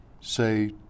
say